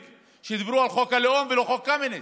מדברים על חוק הלאום או חוק קמיניץ.